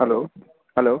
hello hello